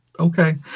Okay